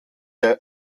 der